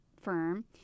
firm